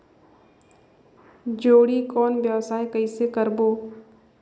जोणी कौन व्यवसाय कइसे करबो?